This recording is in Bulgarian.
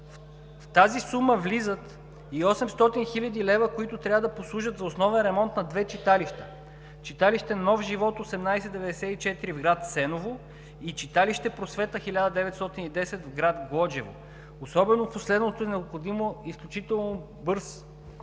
В тази сума влизат и 800 хил. лв., които трябва да послужат за основен ремонт на две читалища: читалище „Нов живот 1894“ в град Сеново и читалище „Просвета 1910“ в град Глоджево. Особено в последното е изключително необходим